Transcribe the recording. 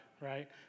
right